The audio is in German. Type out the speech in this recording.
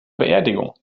beerdigung